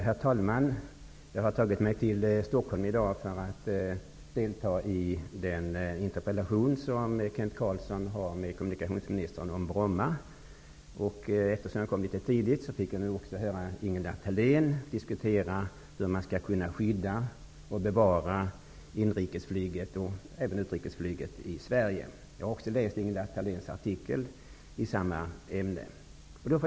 Herr talman! Jag har tagit mig till Stockholm i dag för att delta i debatten med anledning av den interpellation om Bromma som Kent Carlsson har riktat till kommunikationsministern. Eftersom jag kom litet tidigt, fick jag nu också höra Ingela Thalén diskutera hur man skall kunna skydda och bevara inrikesflyget och även utrikesflyget i Sverige. Jag har även läst Ingela Thaléns artikel i samma ämne.